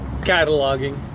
cataloging